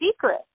secret